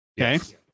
Okay